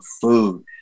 food